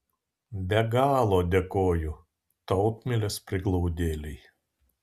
be galo dėkoju tautmilės prieglaudėlei